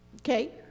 Okay